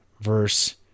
verse